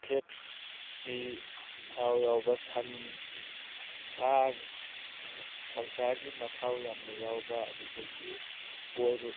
fat ꯀꯤ ꯊꯥꯎ ꯌꯥꯎꯕ ꯁꯟ ꯁꯥ ꯁꯟꯁꯥꯒꯤ ꯃꯊꯥꯎ ꯌꯥꯝꯅ ꯌꯥꯎꯕ ꯑꯗꯨꯗꯒꯤ ꯑꯣꯏꯜ